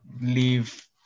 leave